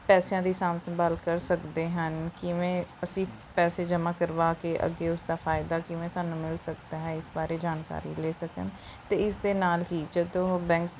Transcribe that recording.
ਪੈਸਿਆਂ ਦੀ ਸਾਂਭ ਸੰਭਾਲ ਕਰ ਸਕਦੇ ਹਨ ਕਿਵੇਂ ਅਸੀਂ ਪੈਸੇ ਜਮ੍ਹਾਂ ਕਰਵਾ ਕੇ ਅੱਗੇ ਉਸ ਦਾ ਫਾਇਦਾ ਕਿਵੇਂ ਸਾਨੂੰ ਮਿਲ ਸਕਦਾ ਹੈ ਇਸ ਬਾਰੇ ਜਾਣਕਾਰੀ ਲੈ ਸਕਣ ਅਤੇ ਇਸ ਦੇ ਨਾਲ ਹੀ ਜਦੋਂ ਉਹ ਬੈਂਕ